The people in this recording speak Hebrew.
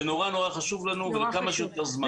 זה נורא חשוב לנו ולכמה שיותר זמן.